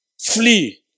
flee